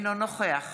אינו נוכח